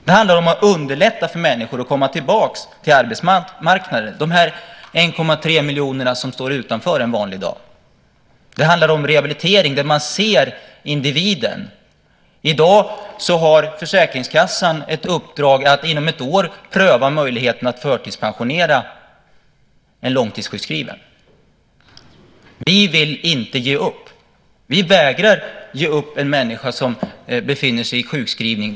Det handlar om att underlätta för människor att komma tillbaka till arbetsmarknaden, dessa 1,3 miljoner som står utanför en vanlig dag. Det handlar om en rehabilitering där man ser individen. I dag har försäkringskassan ett uppdrag att inom ett år pröva möjligheten att förtidspensionera en långtidssjukskriven. Vi vill inte ge upp. Vi vägrar att ge upp en människa som befinner sig i sjukskrivning.